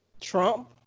Trump